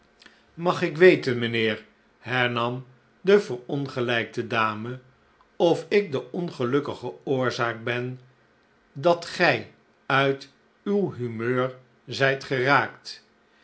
mag ik weten mijnheer hernam de verongelijkte dame of ik de ongelukkige oorzaak ben dat gij uit uw humeur zijt geraakt